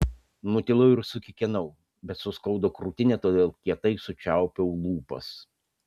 nutilau ir sukikenau bet suskaudo krūtinę todėl kietai sučiaupiau lūpas